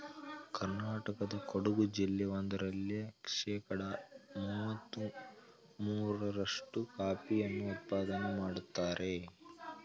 ಕರ್ನಾಟಕದ ಕೊಡಗು ಜಿಲ್ಲೆ ಒಂದರಲ್ಲೇ ಶೇಕಡ ಮುವತ್ತ ಮೂರ್ರಷ್ಟು ಕಾಫಿಯನ್ನು ಉತ್ಪಾದನೆ ಮಾಡ್ತರೆ